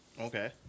Okay